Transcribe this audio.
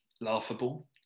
laughable